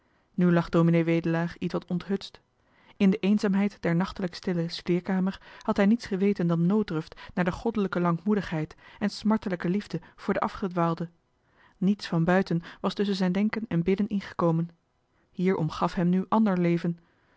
nu lag ds wedelaar ietwat onthutst in de eenzaamheid der nachtelijk stille studeerkamer had hij niets geweten dan nooddruft naar de goddelijke lankmoedigheid en smartelijke liefde voor den afgedwaalde niets van buiten was tusschen zijn denken en bidden in gekomen hier omgaf hem nu ander leven